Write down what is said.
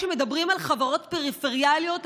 כשמדברים על חברות פריפריאליות,